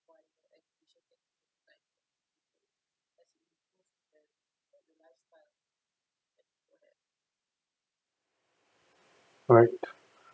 right